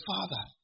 Father